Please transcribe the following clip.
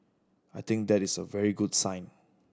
I think that is a very good sign